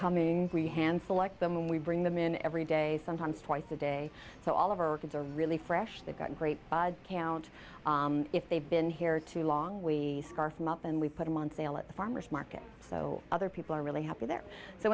coming we hand select them we bring them in every day sometimes twice a day so all of our kids are really fresh they've got great count if they've been here too long we scarf him up and we put them on sale at the farmer's market so other people are really happy there so